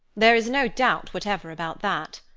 there is no doubt whatever about that.